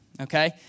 Okay